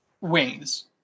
Wings